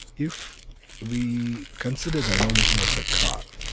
if we consider the analogy of a car,